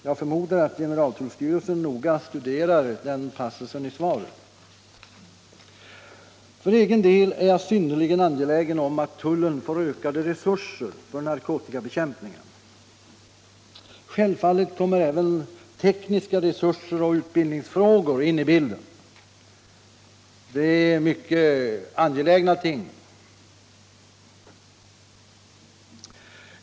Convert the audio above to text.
— Jag förmodar att generaltullstyrelsen noga studerar den passusen i svaret. För egen del är jag synnerligen angelägen om att tullen får ökade resurser för narkotikabekämpningen. Självfallet kommer även tekniska resurser och utbildningsfrågor in i bilden. Det är mycket angelägna ting.